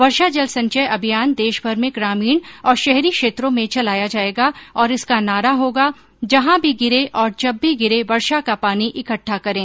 वर्षा जल संचय अभियान देशभर में ग्रामीण और शहरी क्षेत्रों में चलाया जायेगा और इसका नारा होगा जहॉ भी गिरे और जब भी गिरे वर्षा का पानी इकट्ठा करें